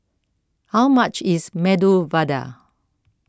how much is Medu Vada